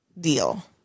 deal